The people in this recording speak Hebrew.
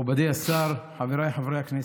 מכובדי השר, חבריי חברי הכנסת,